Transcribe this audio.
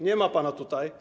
Nie ma pana tutaj.